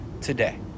today